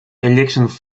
elections